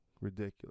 ridiculous